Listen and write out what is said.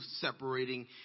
separating